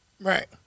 Right